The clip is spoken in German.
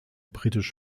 british